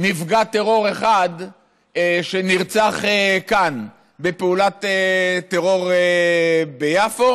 נפגע טרור אחד שנרצח כאן בפעולת טרור ביפו.